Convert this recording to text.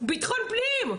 ביטחון פנים.